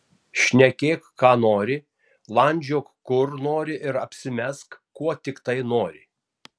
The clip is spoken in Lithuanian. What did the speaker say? šnekėk ką nori landžiok kur nori ir apsimesk kuo tiktai nori